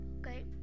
okay